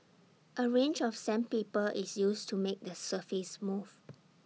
A range of sandpaper is used to make the surface smooth